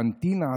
קנטינה,